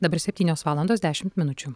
dabar septynios valandos dešimt minučių